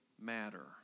matter